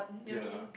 ya